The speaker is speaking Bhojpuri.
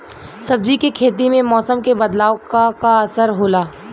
सब्जी के खेती में मौसम के बदलाव क का असर होला?